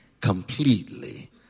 completely